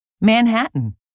Manhattan